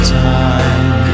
time